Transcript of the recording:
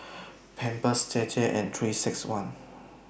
Pampers JJ and three six one